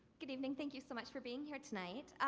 good evening. thank you so much for being here tonight.